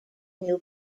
new